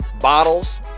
bottles